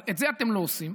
אבל את זה אתם לא עושים,